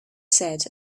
said